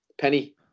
Penny